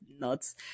nuts